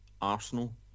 Arsenal